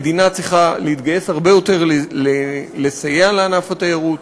המדינה צריכה להתגייס הרבה יותר לסייע לענף התיירות.